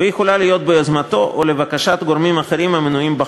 והיא יכולה להיות ביוזמתו או לבקשת גורמים אחרים המנויים בחוק.